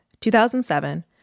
2007